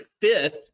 fifth